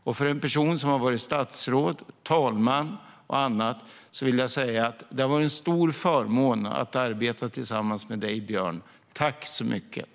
Jag vill säga att det har varit en stor förmån att arbeta tillsammans med dig, Björn - en person som har varit både statsråd, talman och annat. Tack så mycket!